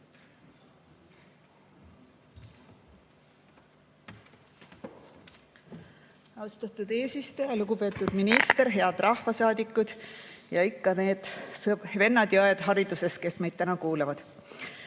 Austatud eesistuja! Lugupeetud minister! Head rahvasaadikud ja ikka need vennad ja õed hariduses, kes meid täna kuulavad!